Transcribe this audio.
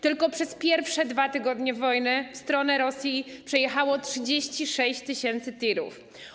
Tylko przez pierwsze 2 tygodnie wojny w stronę Rosji przejechało 36 tys. tirów.